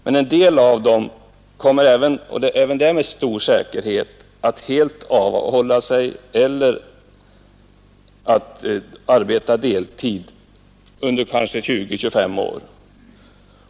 Men en del av dem kommer, även det med stor säkerhet, att avhålla sig från arbete eller att arbeta deltid under kanske 20 å 25 år.